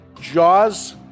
Jaws